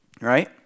Right